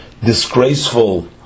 disgraceful